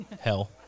Hell